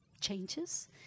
changes